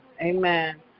amen